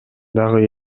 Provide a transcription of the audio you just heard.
дагы